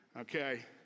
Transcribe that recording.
Okay